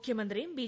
മുഖ്യമന്ത്രിയും ബി